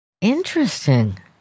Interesting